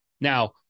Now